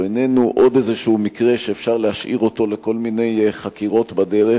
הוא איננו עוד איזה מקרה שאפשר להשאיר אותו לכל מיני חקירות בדרך,